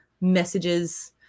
messages